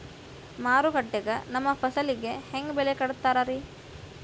ಮಾರುಕಟ್ಟೆ ಗ ನಮ್ಮ ಫಸಲಿಗೆ ಹೆಂಗ್ ಬೆಲೆ ಕಟ್ಟುತ್ತಾರ ರಿ?